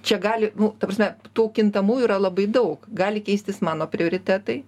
čia gali nu ta prasme tų kintamųjų yra labai daug gali keistis mano prioritetai